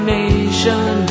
nation